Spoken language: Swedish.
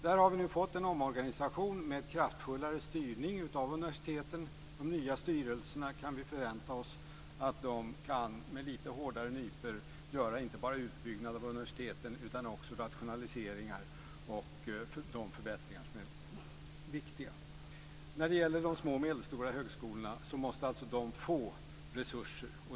Där har vi nu fått en omorganisation med kraftfullare styrning av universiteten. Vi kan förvänta oss att de nya styrelserna med lite hårdare nypor kan göra inte bara utbyggnad av universiteten, utan också rationaliseringar och viktiga förbättringar. De små och medelstora högskolorna måste få resurser.